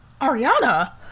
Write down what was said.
Ariana